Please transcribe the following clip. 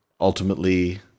ultimately